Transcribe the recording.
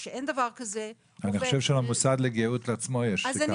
אני חושב שלמוסד לגיהות עצמו יש קו חם.